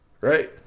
Right